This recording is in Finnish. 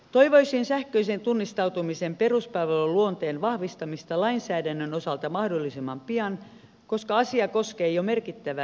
toivoisin sähköisen tunnistautumisen peruspalveluluonteen vahvistamista lainsäädännön osalta mahdollisimman pian koska asia koskee jo merkittävää ihmisjoukkoa